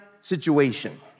situation